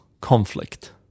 conflict